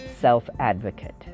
self-advocate